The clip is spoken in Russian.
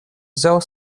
взял